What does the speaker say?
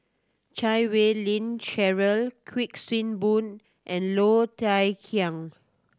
Chan Wei Ling Cheryl Kuik Swee Boon and Low Thia Khiang